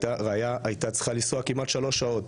רעיה הייתה צריכה לנסוע כמעט שלוש שעות